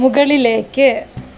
മുകളിലേക്ക്